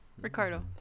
ricardo